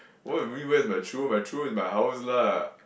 what you mean where is my true my true is my house lah